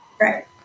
Right